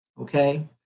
okay